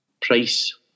price